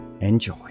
Enjoy